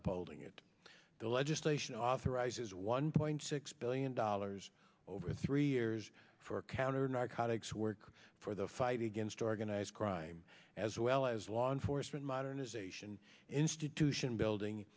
up holding it the legislation authorizes one point six billion dollars over three years for counter narcotics work for the fight against organized crime as well as law enforcement modernization institution building